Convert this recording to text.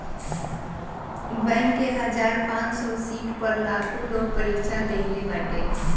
bank के हजार पांच सौ सीट पअ लाखो लोग परीक्षा देहले बाटे